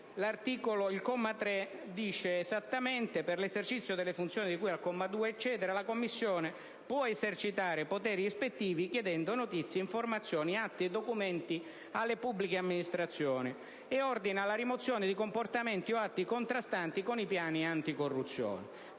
Il comma 3 dice esattamente: «Per l'esercizio delle funzioni di cui al comma 2, lettera *c)*, la Commissione può esercitare poteri ispettivi chiedendo notizie, informazioni, atti e documenti alle pubbliche amministrazioni, e ordina la rimozione di comportamenti o atti contrastanti con i piani di cui